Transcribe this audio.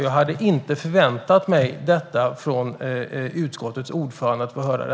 Jag hade inte förväntat mig att få höra detta från utskottets ordförande.